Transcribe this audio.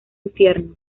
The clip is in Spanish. infierno